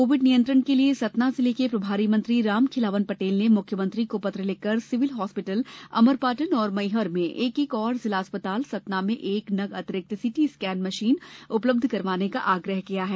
Covid नियंत्रण के लिए सतना जिले के प्रभारी मंत्री रामखेलावन पटेल ने मुख्यमंत्री को पत्र लिखकर सिविल हॉस्पिटल अमरपाटन और मैहर में एक एक और जिला अस्पताल सतना में एक नग अतिरिक्त सीटी स्कैन मशीन उपलब्ध करवाने का आग्रह किया है